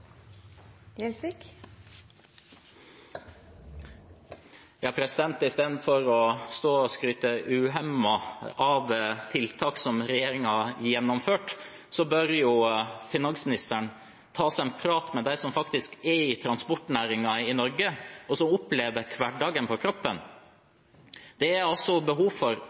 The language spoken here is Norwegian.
skryte uhemmet av tiltak som regjeringen har gjennomført, bør finansministeren ta seg en prat med dem som faktisk er i transportnæringen i Norge, og som opplever hverdagen på kroppen. Det er behov for strammere regler, det er behov for